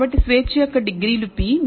కాబట్టి స్వేచ్ఛ యొక్క డిగ్రీలు p